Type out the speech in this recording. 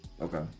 Okay